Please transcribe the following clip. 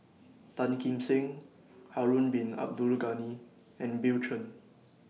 Tan Kim Seng Harun Bin Abdul Ghani and Bill Chen